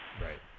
Right